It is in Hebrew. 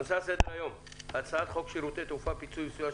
הנושא על סדר היום הוא הצעת חוק שירותי תעופה (פיצוי וסיוע